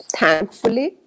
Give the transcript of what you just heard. thankfully